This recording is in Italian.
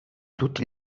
tutti